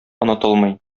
онытылмый